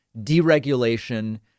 deregulation